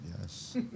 yes